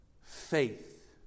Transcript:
Faith